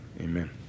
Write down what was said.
Amen